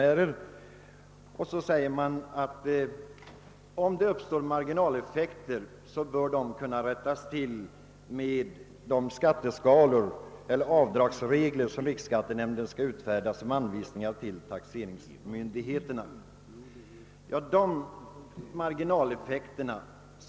Vidare framhåller reservanterna att i den mån det uppstår marginaleffekter, så bör dessa kunna rättas till genom de avdragsregler som riksskattenämnden skall utfärda anvisningar om för taxeringsmyndigheterna.